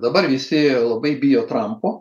dabar visi labai bijo trampo